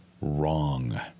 Wrong